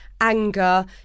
Anger